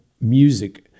music